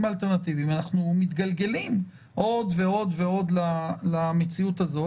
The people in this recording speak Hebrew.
האלטרנטיביים אנחנו מתגלגלים עוד ועוד למציאות הזו.